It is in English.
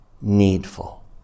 needful